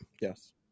Yes